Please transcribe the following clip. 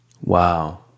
Wow